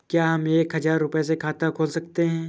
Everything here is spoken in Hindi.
क्या हम एक हजार रुपये से खाता खोल सकते हैं?